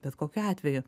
bet kokiu atveju